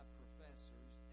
professors